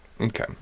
Okay